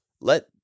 let